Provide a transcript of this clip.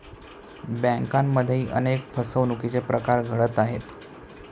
बँकांमध्येही अनेक फसवणुकीचे प्रकार घडत आहेत